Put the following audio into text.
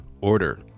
order